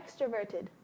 extroverted